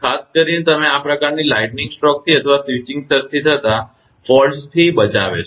ખાસ કરીને તેઓ આ પ્રકારના લાઇટનીંગ સ્ટ્રોકથી અથવા સ્વિચિંગ સર્જથી થતા ફોલ્ટ્સખામીથી બચાવે છે